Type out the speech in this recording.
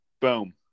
Boom